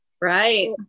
Right